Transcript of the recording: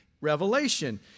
Revelation